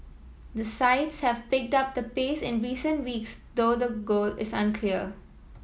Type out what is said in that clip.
the sides have picked up the pace in recent weeks though the goal is unclear